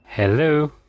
Hello